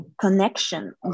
connection